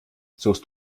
suchst